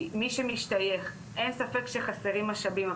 מי שמשתייך אין ספק שחסרים משאבים,